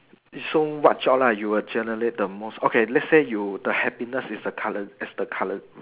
so what job lah you would generate the most okay let's say you the happiest is the curren~ is the curren~